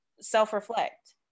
self-reflect